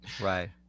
Right